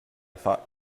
thought